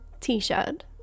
t-shirt